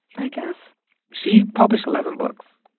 i guess she published eleven books.